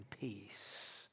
peace